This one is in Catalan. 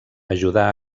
ajudà